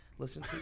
Listen